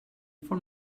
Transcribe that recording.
for